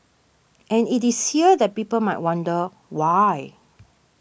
and it is here that people might wonder why